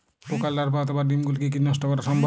পোকার লার্ভা অথবা ডিম গুলিকে কী নষ্ট করা সম্ভব?